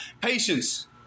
patience